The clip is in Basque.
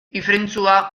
ifrentzua